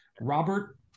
Robert